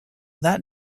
that